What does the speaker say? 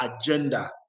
agenda